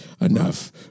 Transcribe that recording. enough